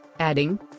adding